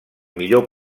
millor